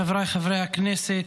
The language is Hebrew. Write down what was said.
חבריי חברי הכנסת,